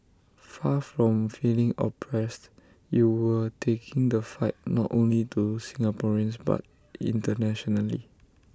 far from feeling oppressed you were taking the fight not only to Singaporeans but internationally